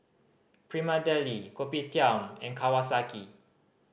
Prima Deli Kopitiam and Kawasaki